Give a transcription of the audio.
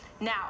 Now